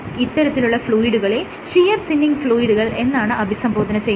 ഇത്തരത്തിലുള്ള ഫ്ലൂയിഡുകളെ shear thinning ഫ്ലൂയിഡുകൾ എന്നാണ് അഭിസംബോധന ചെയ്യുന്നത്